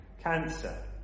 cancer